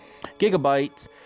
gigabytes